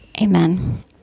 Amen